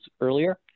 earlier